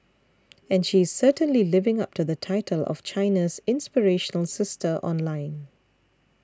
and she is certainly living up to the title of China's inspirational sister online